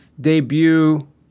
Debut